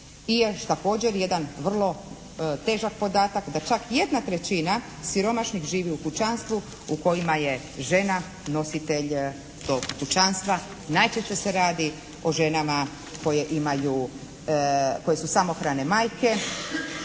I još također jedan vrlo težak podatak da čak 1/3 siromašnih živi u kućanstvu u kojima je žena nositelj tog kućanstva. Najčešće se radi o ženama koje imaju, koje su samohrane majke